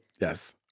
Yes